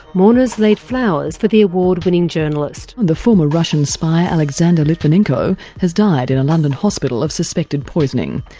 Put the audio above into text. mourners lay flowers for the award-winning journalist. the former russian spy, alexander lipininko has died in a london hospital of suspected poisoning.